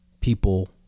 people